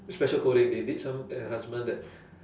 special coding they did some enhancement that